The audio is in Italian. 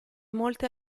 molte